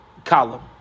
Column